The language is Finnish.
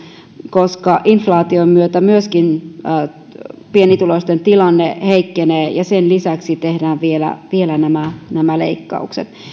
koska inflaation myötä pienituloisten tilanne heikkenee ja sen lisäksi tehdään vielä vielä nämä nämä leikkaukset